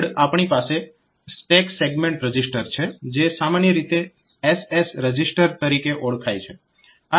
આગળ આપણી પાસે સ્ટેક સેગમેન્ટ રજીસ્ટર છે જે સામાન્ય રીતે SS રજીસ્ટર તરીકે ઓળખાય છે